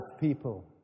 people